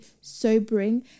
sobering